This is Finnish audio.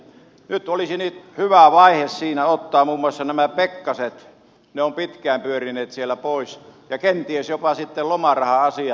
nyt olisi hyvä vaihe siinä ottaa muun muassa nämä pekkaset pois ne ovat pitkään pyörineet siellä ja kenties jopa sitten lomaraha asiat